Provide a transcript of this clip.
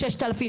6000,